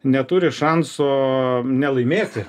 neturi šansų nelaimėti